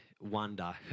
wonder